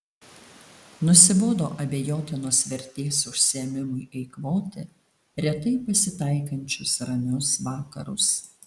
nusibodo abejotinos vertės užsiėmimui eikvoti retai pasitaikančius ramius vakarus